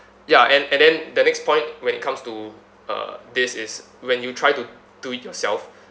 ya and and then the next point when it comes to uh this is when you try to do it yourself